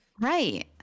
right